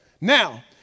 Now